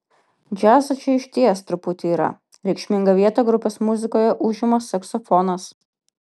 džiazo čia išties truputį yra reikšmingą vietą grupės muzikoje užima saksofonas